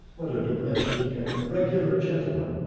what a domestic and regular gentleman!